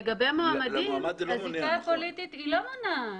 לגבי מועמדים הזיקה הפוליטית לא מונעת.